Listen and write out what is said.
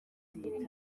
zihitana